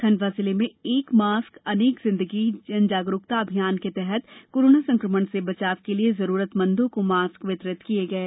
खंडवा जिले में एक मास्क अनेक जिंदगी जन जागरूकता अभियान के तहत कोरोना संक्रमण से बचाव के लिए जरूरतमंदो को मास्क वितरित किये गये